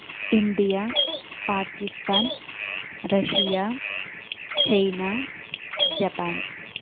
India Pakistan Russia China Japan